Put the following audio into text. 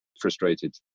frustrated